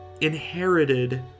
inherited